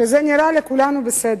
שזה נראה לכולנו בסדר.